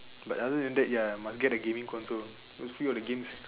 but other than that ya must get the gaming console those few of the games